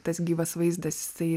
tas gyvas vaizdas jisai